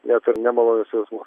net ir nemalonius jausmu